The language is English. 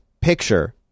picture